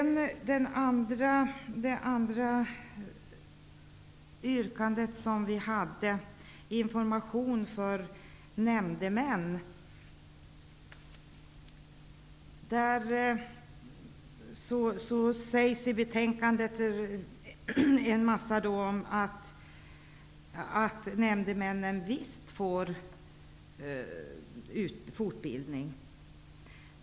I betänkandets yrkande om information för nämndemän sägs att nämndemännen visst får fortbildning.